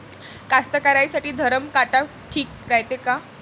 कास्तकाराइसाठी धरम काटा ठीक रायते का?